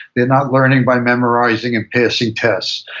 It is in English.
they're not learning by memorizing and passing tests,